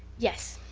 yes,